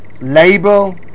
label